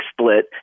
split